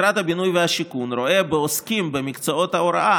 משרד הבינוי והשיכון רואה בעוסקים במקצועות ההוראה